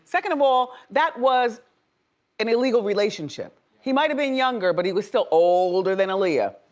second of all, that was an illegal relationship. he might've been younger, but he was still older than aaliyah.